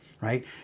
right